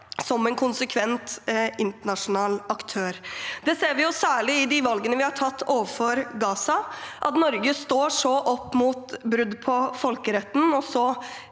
som en konsekvent internasjonal aktør. Det ser vi særlig i de valgene vi har tatt overfor Gaza. At Norge står så opp mot brudd på folkeretten